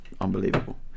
unbelievable